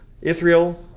Israel